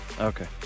Okay